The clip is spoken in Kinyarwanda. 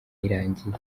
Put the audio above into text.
irangiye